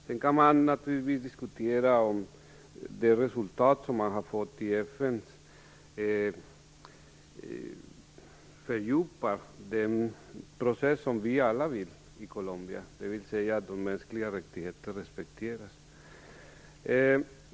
Sedan kan man naturligtvis diskutera om det resultat man har fått i FN fördjupar den process som i alla vill se i Colombia, dvs. att de mänskliga rättigheterna respekteras.